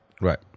Right